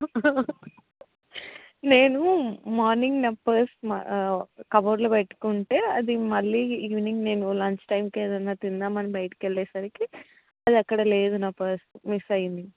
నేను మార్నింగ్ నా పర్స్ మా కబోర్డ్లో పెట్టుకుంటే అది మళ్ళీ ఈవెనింగ్ నేను లంచ్ టైంకి ఏదన్న తిందాం అని బయటకు వెళ్ళే సరికి అది అక్కడ లేదు నా పర్స్ మిస్ అయింది